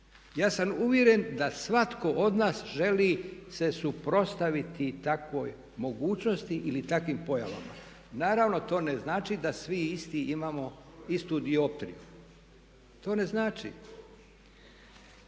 Ja sam uvjeren da svatko od nas želi se suprotstaviti takvoj mogućnosti ili takvim pojavama. Naravno to ne znači da svi isti imamo istu dioptriju, to ne znači.